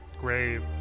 grave